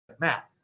Matt